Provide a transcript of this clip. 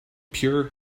pure